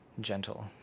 gentle